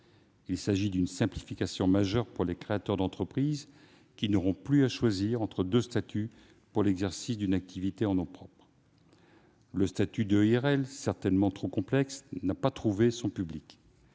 Il s'agit d'une simplification majeure pour les créateurs d'entreprise, qui n'auront plus à choisir entre deux statuts pour l'exercice d'une activité en nom propre. En effet, le régime de l'EIRL, certainement trop complexe, n'a pas trouvé son public